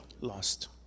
Lost